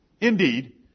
indeed